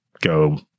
go